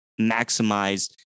maximize